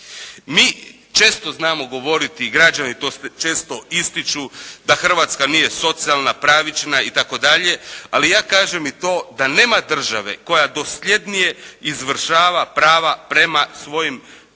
Mi često znamo govoriti i građani to često ističu da socijalna nije socijalna, pravična itd., ali ja kažem i to da nema države koja dosljednije izvršava prava prema svojim veteranima,